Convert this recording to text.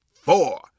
four